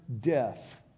death